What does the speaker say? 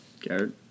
Garrett